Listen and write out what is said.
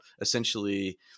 essentially